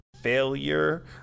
failure